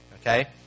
Okay